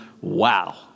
wow